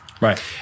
Right